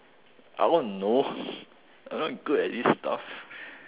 I don't know I'm not good at this stuff